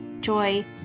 joy